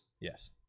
Yes